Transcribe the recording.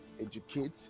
educate